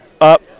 up